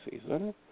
season